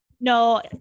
No